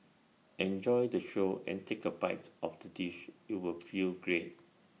enjoy the show and take A bite of the dish you will feel great